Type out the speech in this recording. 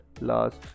last